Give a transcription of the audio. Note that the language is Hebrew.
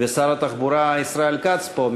ושר התחבורה ישראל כץ פה,